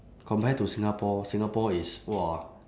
compared to singapore singapore is !wah!